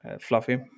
Fluffy